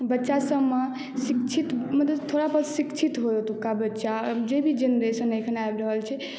बच्चासभमे शिक्षित मतलब थोड़ा बहुत शिक्षित होइ ओतुका बच्चा जे भी जेनरेशन एखन आबि रहल छै ओहिमे